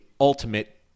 ultimate